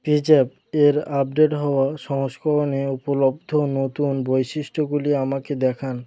PayZapp এর update হওয়া সংস্করণে উপলব্ধ নতুন বৈশিষ্ট্যগুলি আমাকে দেখান